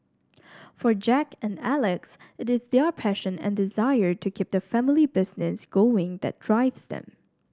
for Jack and Alex it is their passion and desire to keep the family business going that drives them